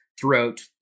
throughout